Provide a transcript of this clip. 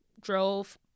drove